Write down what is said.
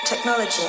Technology